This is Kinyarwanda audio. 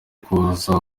kuza